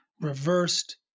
reversed